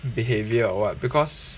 behavior or what because